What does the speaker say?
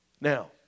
Now